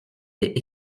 est